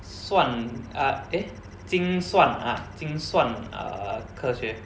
算 ah eh 精算 ah 精算 uh 科学